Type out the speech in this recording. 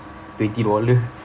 twenty dollar